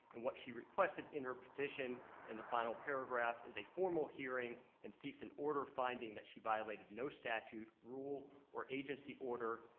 and what she requested in her petition in the final paragraph is a formal hearing, and seeks an order finding that she violated no statute, rule, or agency order,